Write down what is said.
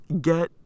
get